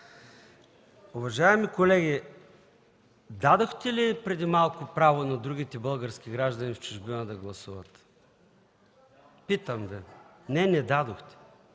Уважаеми колеги, дадохте преди малко право на другите български граждани в чужбина да гласуват? Питам Ви. Не, не дадохте.